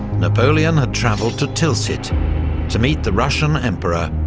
napoleon had travelled to tilsit to meet the russian emperor,